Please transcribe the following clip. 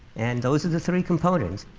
and those are the three components.